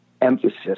emphasis